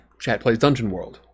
ChatPlaysDungeonWorld